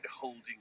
holding